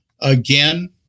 again